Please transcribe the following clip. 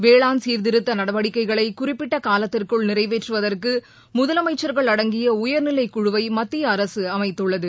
வேளான் சீர்திருத்த நடவடிக்கைகளை குறிப்பிட்ட காலத்திற்குள் நிறைவேற்றுவதற்கு முதலமைச்சள்கள் அடங்கிய உயர்நிலைக் குழுவை மத்திய அரசு அமைத்துள்ளது